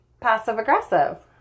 passive-aggressive